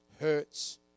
hurts